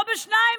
לא בשתיים,